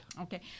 Okay